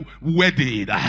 wedded